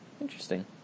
interesting